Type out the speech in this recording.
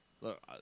look